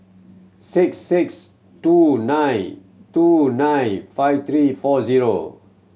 six six two nine two nine five three four zero